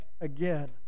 again